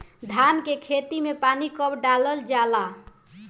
धान के खेत मे पानी कब डालल जा ला?